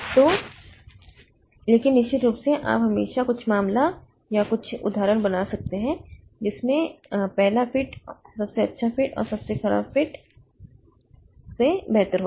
तो लेकिन निश्चित रूप से आप हमेशा कुछ मामला या कुछ उदाहरण बना सकते हैं जिसमें पहला फिट सबसे अच्छा और सबसे खराब फिट से बेहतर होगा